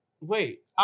Wait